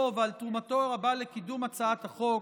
ועל תרומתו הרבה לקידום הצעת החוק,